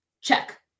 check